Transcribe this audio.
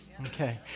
Okay